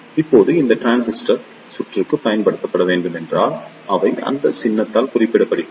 இப்போது இந்த டிரான்சிஸ்டர் சுற்றுக்கு பயன்படுத்தப்பட வேண்டும் என்றால் அவை இந்த சின்னத்தால் குறிப்பிடப்படுகின்றன